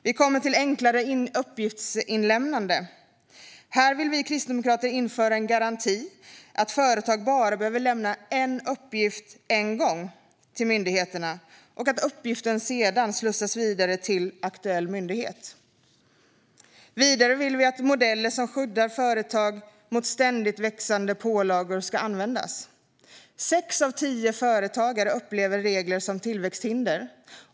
Vi kommer till frågan om enklare uppgiftslämnande. Här vill vi kristdemokrater införa en garanti att företag bara behöver lämna en uppgift en gång till myndigheterna och att uppgiften sedan slussas vidare till aktuell myndighet. Vidare vill vi att modeller som skyddar företag mot ständigt växande pålagor ska användas. Det är sex av tio företagare som upplever regler som tillväxthinder.